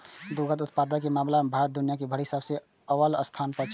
दुग्ध उत्पादन के मामला मे भारत दुनिया भरि मे सबसं अव्वल स्थान पर छै